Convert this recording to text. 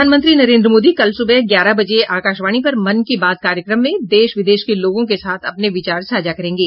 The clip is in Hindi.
प्रधानमंत्री नरेन्द्र मोदी कल सुबह ग्यारह बजे आकाशवाणी पर मन की बात कार्यक्रम में देश विदेश के लोगों के साथ अपने विचार साझा करेंगे